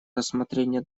рассмотрение